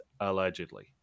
allegedly